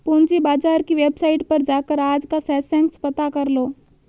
पूंजी बाजार की वेबसाईट पर जाकर आज का सेंसेक्स पता करलो